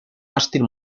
mástil